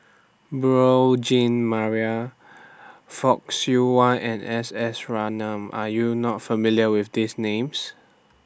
Beurel Jean Marie Fock Siew Wah and S S Ratnam Are YOU not familiar with These Names